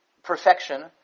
Perfection